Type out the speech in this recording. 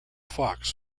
fox